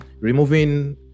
removing